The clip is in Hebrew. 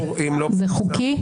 חוקי?